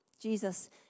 jesus